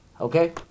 Okay